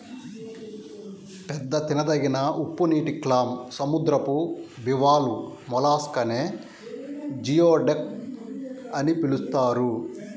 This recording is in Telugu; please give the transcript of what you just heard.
పెద్ద తినదగిన ఉప్పునీటి క్లామ్, సముద్రపు బివాల్వ్ మొలస్క్ నే జియోడక్ అని పిలుస్తారు